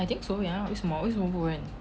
I think so 为什么为什么不 rent